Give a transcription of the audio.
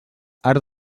arc